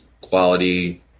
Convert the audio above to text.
quality